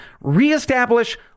reestablish